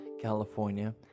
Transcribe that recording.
California